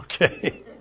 Okay